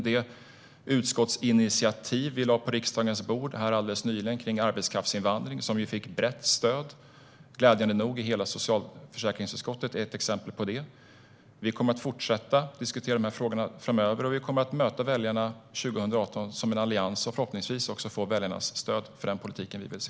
Ett exempel på det är det utskottsinitiativ kring arbetskraftsinvandring som vi lade på riksdagens bord alldeles nyligen och som vi glädjande nog fick brett stöd för i hela socialförsäkringsutskottet. Vi kommer att fortsätta att diskutera frågorna framöver, och vi kommer att möta väljarna som en allians 2018. Förhoppningsvis kommer vi också att få väljarnas stöd för den politik vi vill se.